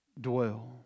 dwell